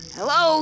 Hello